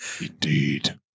Indeed